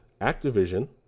Activision